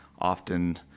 often